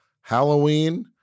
Halloween